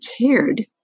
cared